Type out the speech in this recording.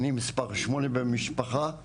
אני מספר שמונה במשפחה,